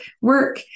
work